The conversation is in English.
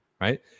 right